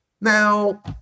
Now